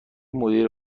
مدیر